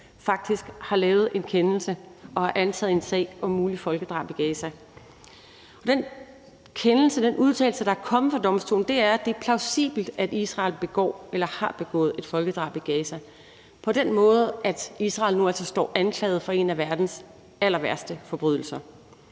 faktisk har lavet en kendelse og har antaget en sag om muligt folkedrab i Gaza. Og den kendelse, den udtalelse, der er kommet fra domstolen, er, at det er plausibelt, at Israel begår eller har begået et folkedrab i Gaza, på den måde, at Israel nu altså står anklaget for en af verdens allerværste forbrydelser.